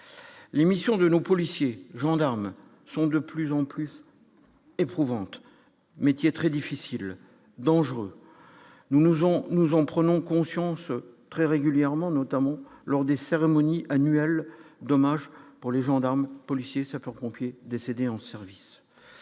L'émission de nos policiers, gendarmes, sont de plus en plus éprouvantes métier très difficile, dangereuse, nous, nous, on nous en prenons conscience très régulièrement, notamment lors des cérémonies annuelles, dommage pour les gendarmes, policiers, sapeurs-pompiers décédés en service,